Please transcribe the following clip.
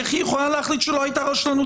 איך היא יכולה להחליט שלא הייתה רשלנות,